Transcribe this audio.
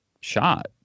shot